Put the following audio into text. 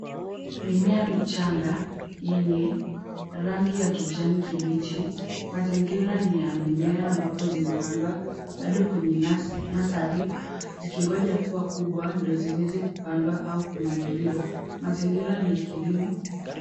Mimea michanga yenye rangi ya kijani kibichi. Mazingira ni ya mimea ambapo zimepandwa bado kwenye nasari zikingoja kuwa kubwa ndio ziweze kupandwa au kununuliwa. Mazingira ni ya kilimo.